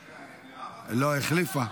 --- לא, החליפה.